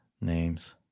names